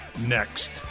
next